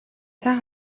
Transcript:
цай